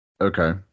Okay